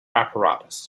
apparatus